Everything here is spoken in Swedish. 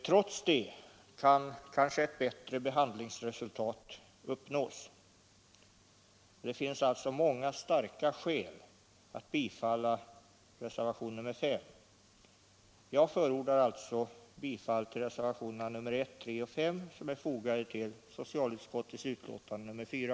Trots det kan kanske ett bättre behandlingsresultat uppnås. Det finns därför många starka skäl att bifalla reservationen nr 5. Jag förordar alltså bifall till reservationenerna 1, 3 och §S vid socialutskottets betänkande nr 4.